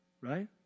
Right